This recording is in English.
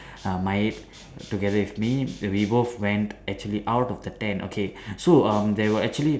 um Mayet together with me we both went actually out of the tent okay so um there were actually